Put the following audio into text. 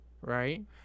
Right